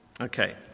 Okay